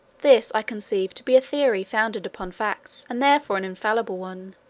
this i conceive to be a theory founded upon facts, and therefore an infallible one.